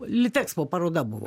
litexpo paroda buvo